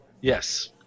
Yes